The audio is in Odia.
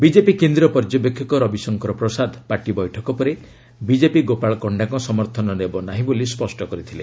ବିଜେପି କେନ୍ଦ୍ରୀୟ ପର୍ଯ୍ୟବେକ୍ଷକ ରବିଶଙ୍କର ପ୍ରସାଦ ପାର୍ଟି ବୈଠକ ପରେ ବିଜେପି ଗୋପାଳ କଣ୍ଡାଙ୍କ ସମର୍ଥନ ନେବ ନାହିଁ ବୋଲି ସ୍ୱଷ୍ଟ କରିଥିଲେ